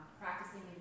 practicing